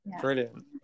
brilliant